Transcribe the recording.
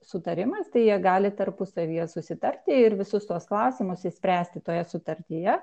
sutarimas tai jie gali tarpusavyje susitarti ir visus tuos klausimus išspręsti toje sutartyje